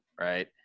right